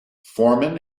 foreman